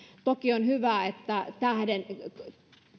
toki on hyvä että